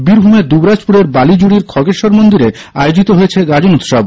বীরভূমের দুবরাজপুরের বালিজুড়ির খগেশ্বর মন্দিরে আয়োজিত হয়েছে গাজন উৎসব